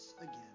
again